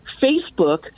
Facebook